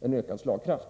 en ökad slagkraft.